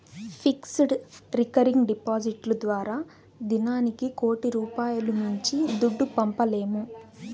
fixed, recurring డిపాడిట్లు ద్వారా దినానికి కోటి రూపాయిలు మించి దుడ్డు పంపలేము